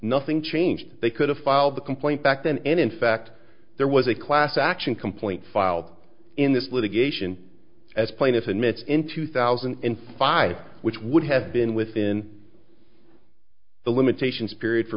nothing changed they could have filed the complaint back then and in fact there was a class action complaint filed in this litigation as plaintiff admits in two thousand and five which would have been within the limitations period for